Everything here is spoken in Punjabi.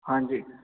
ਹਾਂਜੀ